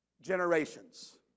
generations